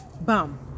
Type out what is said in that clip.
bam